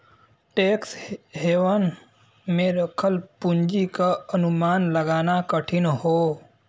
tax haven में रखल पूंजी क अनुमान लगाना कठिन हौ